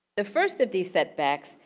the first of these setbacks,